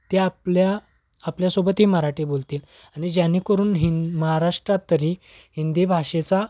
ते आपल्या आपल्यासोबतही मराठी बोलतील आणि जेणेकरून हिं महाराष्ट्रात तरी हिंदी भाषेचा